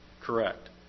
correct